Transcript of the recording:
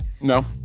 No